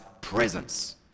presence